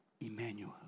Emmanuel